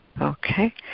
Okay